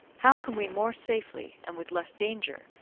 how can we more safely, and with less danger,